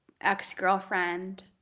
ex-girlfriend